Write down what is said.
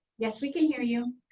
yes we can hear you.